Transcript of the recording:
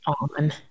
on